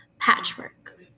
Patchwork